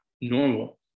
normal